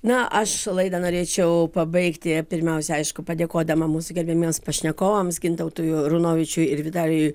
na aš laidą norėčiau pabaigti pirmiausia aišku padėkodama mūsų gerbiamiems pašnekovams gintautui runovičiui ir vitalijui